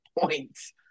points